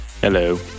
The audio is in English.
Hello